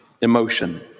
emotion